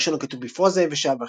החלק הראשון כתוב בפרוזה יבשה,